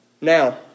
Now